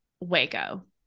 Waco